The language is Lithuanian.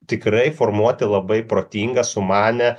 tikrai formuoti labai protingą sumanią